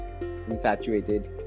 infatuated